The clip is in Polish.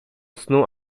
snu